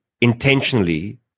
intentionally